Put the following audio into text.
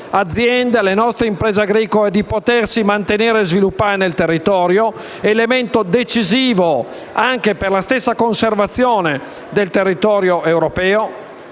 alle nostre imprese agricole di mantenersi e svilupparsi nel territorio, elemento decisivo anche per la stessa conservazione del territorio europeo.